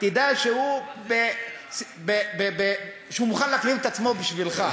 תדע שהוא מוכן להחליף את עצמו בשבילך.